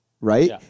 right